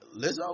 Lizzo